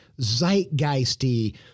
zeitgeisty